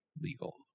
legal